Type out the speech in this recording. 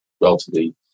relatively